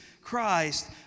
Christ